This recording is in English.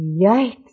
Yikes